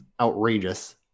outrageous